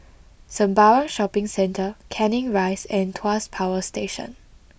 Sembawang Shopping Centre Canning Rise and Tuas Power Station